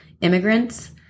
immigrants